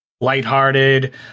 lighthearted